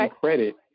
credit